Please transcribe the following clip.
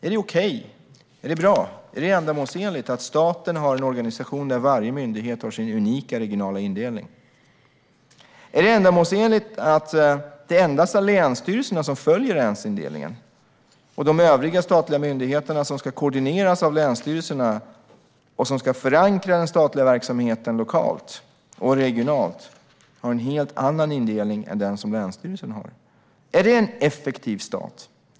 Är det okej, är det bra, är det ändamålsenligt att staten har en organisation där varje myndighet har sin unika regionala indelning? Är det ändamålsenligt att det endast är länsstyrelserna som följer länsindelningen och de övriga statliga myndigheterna, som ska koordineras av länsstyrelserna och som ska förankra den statliga verksamheten lokalt och regionalt, har en helt annan indelning än den som länsstyrelsen har? Är det en effektiv stat?